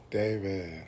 David